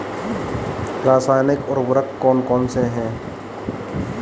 रासायनिक उर्वरक कौन कौनसे हैं?